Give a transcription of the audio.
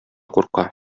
курка